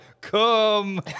come